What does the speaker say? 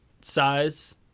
size